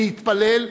להתפלל,